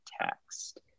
text